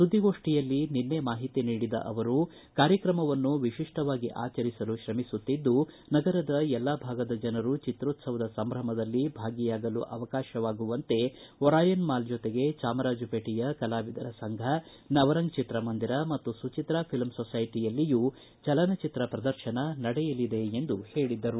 ಸುದ್ದಿಗೋಷ್ಠಿಯಲ್ಲಿ ನಿನ್ನೆ ಮಾಹಿತಿ ನೀಡಿದ ಅವರು ಕಾರ್ಯಕ್ರಮವನ್ನು ವಿಶಿಷ್ಟವಾಗಿ ಆಚರಿಸಲು ಶ್ರಮಿಸುತ್ತಿದ್ದು ನಗರದ ಎಲ್ಲಾ ಭಾಗದ ಜನರು ಚಿತ್ರೋತ್ಸವದ ಸಂಭ್ರಮದಲ್ಲಿ ಭಾಗಿಯಾಗಲು ಅವಕಾಶವಾಗುವಂತೆ ಒರಾಯನ್ ಮಾಲ್ ಜೊತೆಗೆ ಚಾಮರಾಜಪೇಟೆಯ ಕಲಾವಿದರ ಸಂಘ ನವರಂಗ್ ಚಿತ್ರಮಂದಿರ ಮತ್ತು ಸುಚಿತ್ರಾ ಫಿಲ್ಮ್ ಸೊಸೈಟಿಯಲ್ಲಿಯೂ ಚಲನಚಿತ್ರ ಪ್ರದರ್ಶನ ನಡೆಯಲಿದೆ ಎಂದು ಹೇಳಿದರು